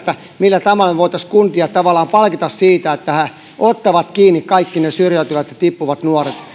millä tavalla me voisimme kuntia tavallaan palkita siitä että ne ottavat kiinni kaikki ne syrjäytyvät ja tippuvat nuoret